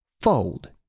Fold